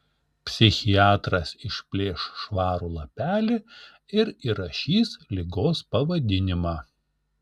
psichiatras išplėš švarų lapelį ir įrašys ligos pavadinimą